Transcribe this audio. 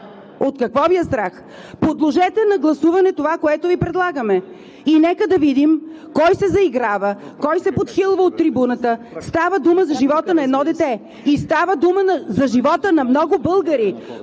От какво Ви е страх? Подложете на гласуване това, което Ви предлагаме, и нека да видим кой се заиграва, кой се подхилва от трибуната? Става дума за живота на едно дете. Става дума за живота на много българи,